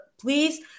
please